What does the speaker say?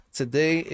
today